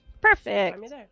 Perfect